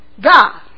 God